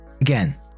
Again